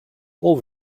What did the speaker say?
all